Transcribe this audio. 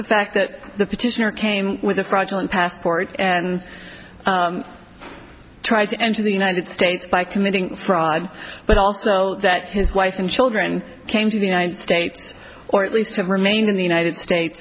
the fact that the petitioner came with a fraudulent passport and tried to enter the united states by committing fraud but also that his wife and children came to the united states or at least to remain in the united states